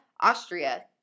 Austria